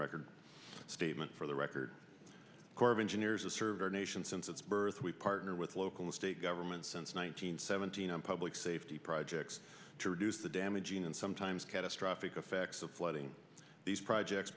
record statement for the record corps of engineers will serve our nation since its birth we partner with local and state governments since one nine hundred seventeen on public safety projects to reduce the damaging and sometimes catastrophic effects of flooding these projects